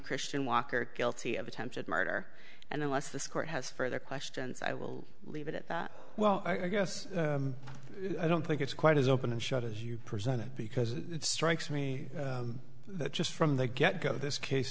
christian walker guilty of attempted murder and unless this court has further questions i will leave it at that well i guess i don't think it's quite as open and shut as you present it because it strikes me that just from the get go this case